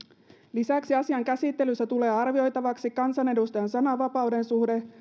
lisäksi asian käsittelyssä tulee arvioitavaksi kansanedustajan sananvapauden suhde